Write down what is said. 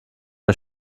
der